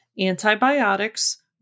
Antibiotics